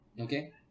okay